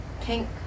pink